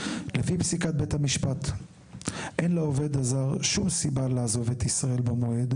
לפי פסיקת בית המשפט אין לעובד הזר שום סיבה לעזוב את ישראל במועד,